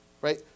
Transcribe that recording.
Right